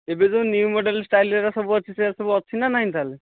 ଯେଉଁ new model style ସେଗୁଡ଼ା ସବୁ ଅଛି ନା ନାହିଁ ତା'ହେଲେ